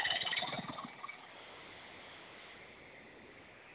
ആഴ്ചയിൽ അല്ലെ ആഴ്ചയിൽ ഇട്ടേക്കാം വനിത ഇട്ടേക്കാം ആ